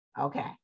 Okay